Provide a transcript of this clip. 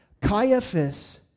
Caiaphas